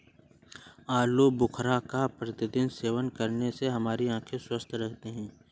आलू बुखारा का प्रतिदिन सेवन करने से हमारी आंखें स्वस्थ रहती है